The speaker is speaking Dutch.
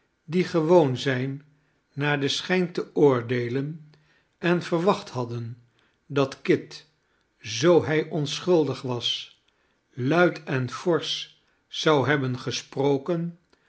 die gewoon zijn naar den schijn te oordeelen en verwacht hadden dat kit zoo hij onschuldig was luid en forsch zou hebben gesproken